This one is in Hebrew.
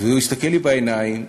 הוא הסתכל לי בעיניים,